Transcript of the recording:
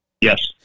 Yes